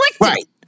right